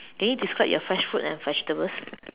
can you describe your fresh fruit and vegetables